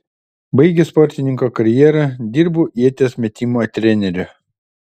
baigęs sportininko karjerą dirbau ieties metimo treneriu